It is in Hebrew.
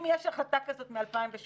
אם יש לך החלטה כזאת מ-2018,